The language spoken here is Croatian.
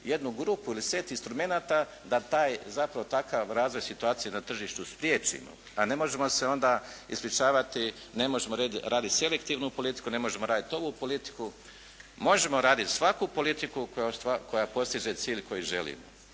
jednu grupu ili set instrumenata da taj, zapravo takav razvoj situacije na tržištu spriječimo, a ne možemo se onda ispričavati, ne možemo raditi selektivnu politiku, ne možemo raditi ovu politiku. Možemo raditi svaku politiku koja postiže cilj koji želimo.